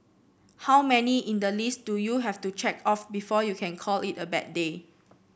how many in the list do you have to check off before you can call it a bad day